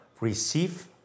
receive